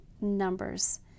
numbers